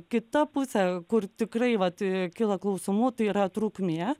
kita pusė kur tikrai vat kyla klausimų tai yra trukmė